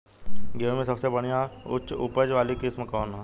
गेहूं में सबसे बढ़िया उच्च उपज वाली किस्म कौन ह?